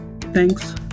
Thanks